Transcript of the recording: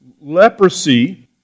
leprosy